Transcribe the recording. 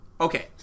Okay